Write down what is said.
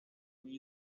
muy